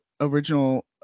original